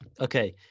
Okay